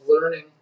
learning